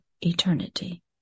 eternity